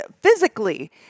physically